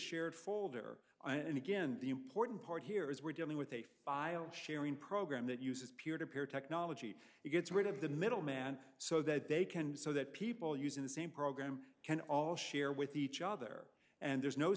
shared folder and again the important part here is we're dealing with a file sharing program that uses peer to peer technology it gets rid of the middleman so that they can so that people using the same program can all share with each other and there's no